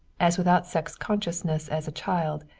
as without sex-consciousness as a child,